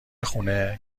خونه